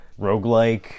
roguelike